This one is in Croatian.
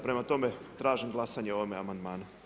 Prema tome tražim glasanje o ovome amandmanu.